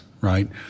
right